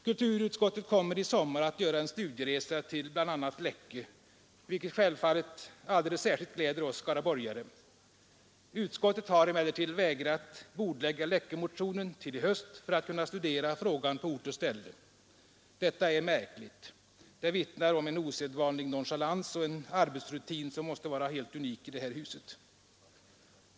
Kulturutskottet kommer i sommar att göra en studieresa till bl.a. Läckö, vilket självfallet alldeles särskilt glädjer oss skaraborgare. Utskottet har emellertid vägrat att bordlägga Läckömotionen till i höst för att kunna studera frågan på ort och ställe. Detta är märkligt. Det vittnar om en osedvanlig nonchalans och en arbetspraxis som måste vara helt unik i det här huset.